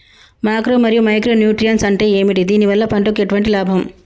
Macro మరియు micro nutrients అంటే ఏమిటి? దీనివల్ల పంటకు ఎటువంటి లాభం?